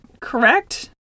correct